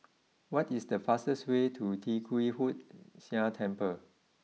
what is the fastest way to Tee Kwee Hood Sia Temple